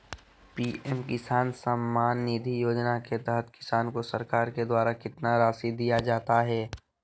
PM किसान सम्मान निधि योजना के तहत किसान को सरकार के द्वारा कितना रासि दिया जाता है?